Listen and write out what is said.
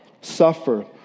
Suffer